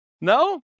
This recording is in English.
No